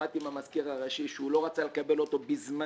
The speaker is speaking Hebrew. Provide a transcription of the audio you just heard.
שמעתי מהמזכיר הראשי שהוא לא רצה לקבל אותו בזמנו.